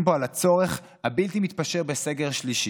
פה על הצורך הבלתי-מתפשר בסגר שלישי?